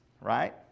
right